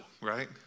right